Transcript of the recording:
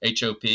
HOP